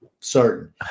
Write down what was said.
Certain